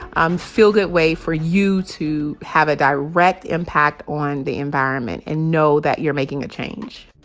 um feel-good way for you to have a direct impact on the environment and know that you're making a change